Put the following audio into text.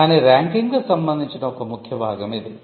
కాని ర్యాంకింగ్కు సంబంధించిన ఒక ముఖ్య భాగం ఇది